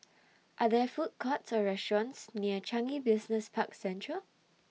Are There Food Courts Or restaurants near Changi Business Park Central